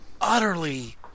utterly